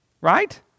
Right